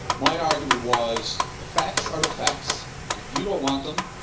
my argument was, the facts are the facts, and if you don't want them,